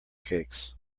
cakes